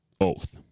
oath